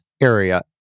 area